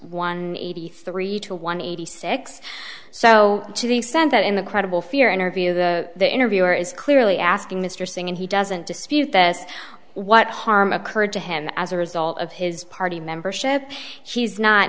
one eighty three to one eighty six so to the extent that in a credible fear interview the interviewer is clearly asking mr singh and he doesn't dispute this what harm occurred to him as a result of his party membership he's not